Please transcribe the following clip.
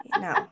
No